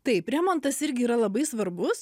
taip remontas irgi yra labai svarbus